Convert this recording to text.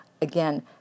again